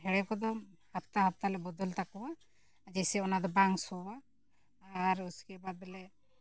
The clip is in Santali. ᱦᱮᱲᱮ ᱠᱚᱫᱚ ᱦᱟᱯᱛᱟ ᱦᱟᱯᱛᱟ ᱞᱮ ᱵᱚᱫᱚᱞ ᱛᱟᱠᱚᱣᱟ ᱡᱮᱭᱥᱮ ᱚᱱᱟ ᱫᱚ ᱵᱟᱝ ᱥᱚᱣᱟ ᱟᱨ ᱩᱥᱠᱮ ᱵᱟᱫᱞᱮ